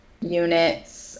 units